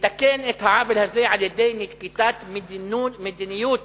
לתקן את העוול הזה על-ידי נקיטת מדיניות